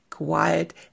Quiet